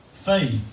faith